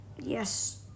Yes